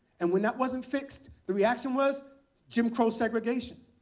and when that wasn't fixed, the reaction was jim crow segregation.